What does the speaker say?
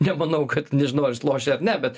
nemanau kad nežinau ar jis lošia ar ne bet